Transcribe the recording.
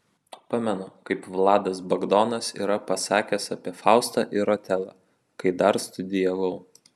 pamenu kaip vladas bagdonas yra pasakęs apie faustą ir otelą kai dar studijavau